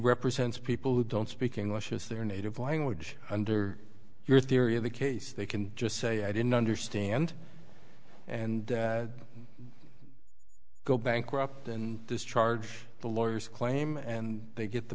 represents people who don't speak english as their native language under your theory of the case they can just say i didn't understand and go bankrupt and this charge the lawyers claim and they get the